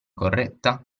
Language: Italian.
corretta